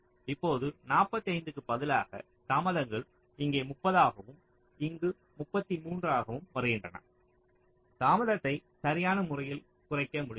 இப்போது 45 க்கு பதிலாக தாமதங்கள் இங்கு 30 ஆகவும் இங்கு 33 ஆகவும் வருகின்றன தாமதத்தை சரியான முறையில் குறைக்க முடிந்தது